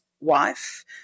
wife